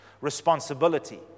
responsibility